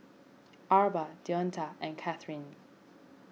Arba Deonta and Kathryne